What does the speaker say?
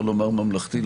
ממלכתי,